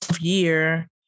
year